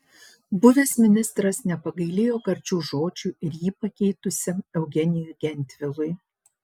buvęs ministras nepagailėjo karčių žodžių ir jį pakeitusiam eugenijui gentvilui